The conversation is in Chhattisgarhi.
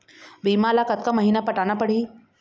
बीमा ला कतका महीना पटाना पड़ही?